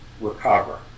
recover